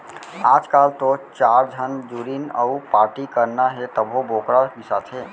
आजकाल तो चार झन जुरिन अउ पारटी करना हे तभो बोकरा बिसाथें